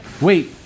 wait